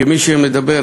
כמי שמדבר